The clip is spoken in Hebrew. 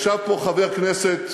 ישב פה חבר כנסת